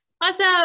Awesome